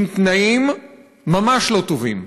עם תנאים ממש לא טובים.